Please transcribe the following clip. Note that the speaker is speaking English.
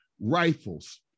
rifles